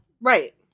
Right